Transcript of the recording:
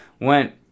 went